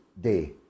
day